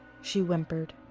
she whimpered.